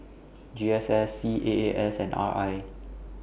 G S S C A A S and R I